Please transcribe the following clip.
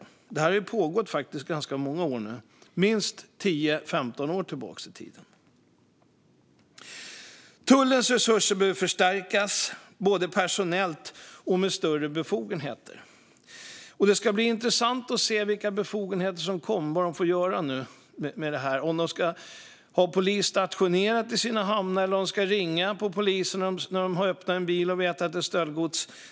Dessa stölder har ju pågått länge nu, minst 10-15 år. Tullens resurser behöver förstärkas, både personellt och med större befogenheter. Det ska bli intressant att se vilka befogenheter som kommer. Kommer tullen att ha polis stationerad? Eller ska de ringa efter polis när de har öppnat en bil och hittat stöldgods?